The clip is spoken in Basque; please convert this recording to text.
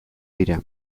dira